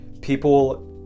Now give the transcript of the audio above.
people